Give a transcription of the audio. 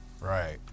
Right